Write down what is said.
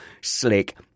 slick